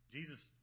Jesus